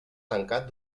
tancant